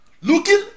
looking